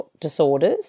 disorders